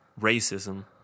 racism